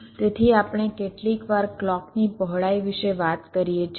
તેથી આપણે કેટલીક વાર ક્લૉકની પહોળાઈ વિશે વાત કરીએ છીએ